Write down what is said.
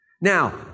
Now